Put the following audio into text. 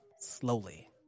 slowly